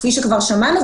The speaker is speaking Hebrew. כפי שכבר שמענו,